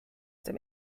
dem